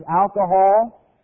alcohol